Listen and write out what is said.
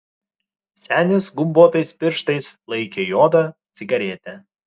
senis gumbuotais pirštais laikė juodą cigaretę